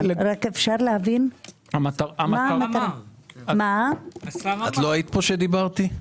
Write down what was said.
לא היית פה כשאמרתי?